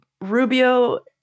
Rubio